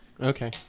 Okay